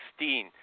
2016